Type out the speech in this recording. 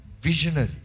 Visionary